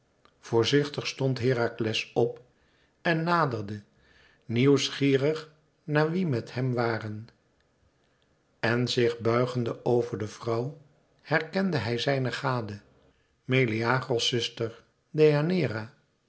voorzichtig stond herakles op en naderde nieuwsgierig naar wie met hem waren en zich buigende over de vrouw herkende hij zijne gade meleagros zuster